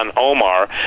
Omar